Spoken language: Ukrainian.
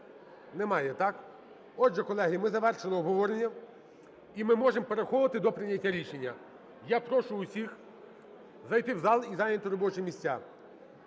Немає, так? Отже, колеги, ми завершили обговорення, і ми можемо переходити до прийняття рішення. Я прошу усіх зайти в зал і зайняти робочі місця.